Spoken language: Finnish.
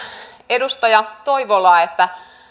edustaja toivolaa että